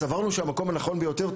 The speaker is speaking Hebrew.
סברנו שהמקום הנכון ביותר,